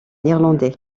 irlandais